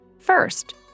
First